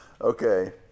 Okay